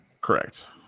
Correct